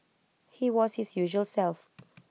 he was his usual self